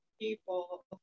people